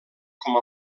com